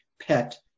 pet